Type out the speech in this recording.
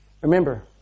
Remember